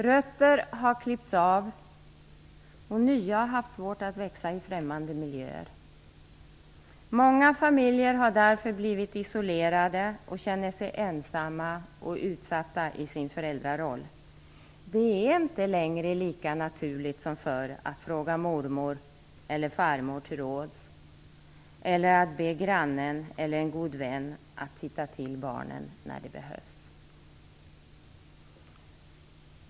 Rötter har klippts av, och nya har haft svårt att växa i främmande miljöer. Många familjer har därför blivit isolerade och känner sig ensamma och utsatta i sin föräldraroll. Det är inte längre lika naturligt som förr att fråga mormor eller farmor till råds eller att be grannen eller en god vän att titta till barnen när det behövs.